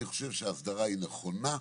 אני חושב שהסדרה היא נכונה,